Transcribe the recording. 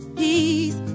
peace